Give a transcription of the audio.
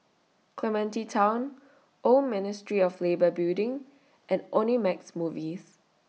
Clementi Town Old Ministry of Labour Building and Omnimax Movies